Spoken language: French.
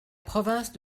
province